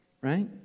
Right